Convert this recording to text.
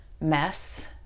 mess